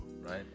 right